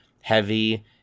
heavy